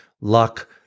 luck